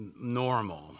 normal